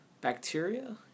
bacteria